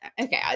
okay